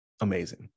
amazing